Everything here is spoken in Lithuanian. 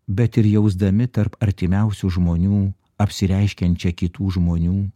bet ir jausdami tarp artimiausių žmonių apsireiškiančią kitų žmonių